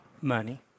money